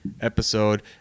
episode